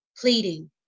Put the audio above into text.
pleading